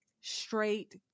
straight